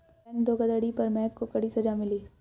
bank धोखाधड़ी करने पर महक को कड़ी सजा मिली